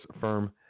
firm